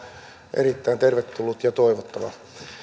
erittäin tervetullut ja toivottava